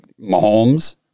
Mahomes